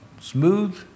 smooth